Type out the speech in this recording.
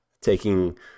taking